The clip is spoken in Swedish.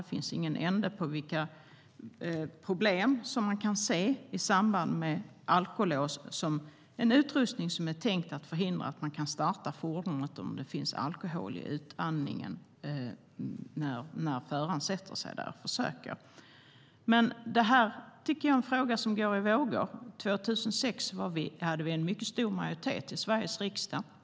Det finns ingen ände på vilka problem man kan se i samband med alkolås, en utrustning som är tänkt att förhindra att fordonet startas om det finns alkohol i utandningsluften hos den som försöker starta bilen. Det här är en fråga som går i vågor. År 2006 hade vi en mycket stor majoritet för detta i Sveriges riksdag.